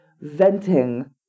venting